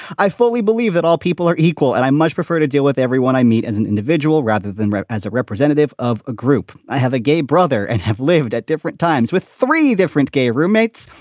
i fully believe that all people are equal and i much prefer to deal with everyone i meet as an individual rather than as a representative of a group. i have a gay brother and have lived at different times with three different gay roommates.